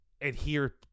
adhere